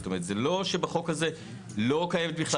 זאת אומרת זה לא שבחוק הזה לא קיימת בכלל